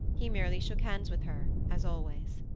he merely shook hands with her, as always.